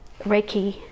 reiki